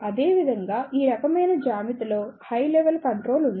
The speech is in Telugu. అదేవిధంగా ఈ రకమైన జ్యామితిలో హై లెవల్ కంట్రోల్ ఉంది